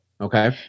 okay